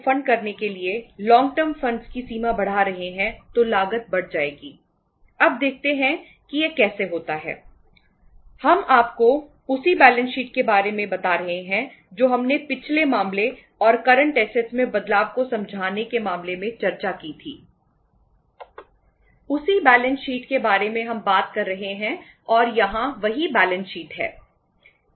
अब मैं आपको लायबिलिटी की सीमा 3200 है